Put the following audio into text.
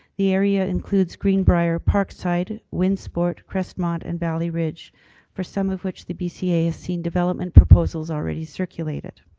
the area includes green briar, park side, wind sport, crest month, and valley ridge for some of which the bca has seen development proposals already circulated.